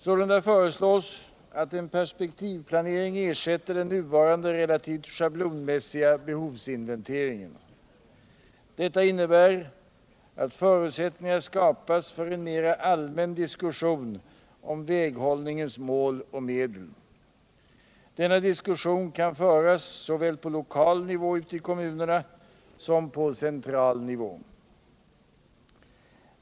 Således föreslås att en perspektivplanering ersätter den nuvarande relativt schablonmässiga behovsinventeringen. Detta innebär att förutsättningar skapas för en mer allmän diskussion om väghållningens mål och medel. Denna diskussion kan föras såväl på lokal nivå ute i kommunerna som på central nivå.